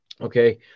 Okay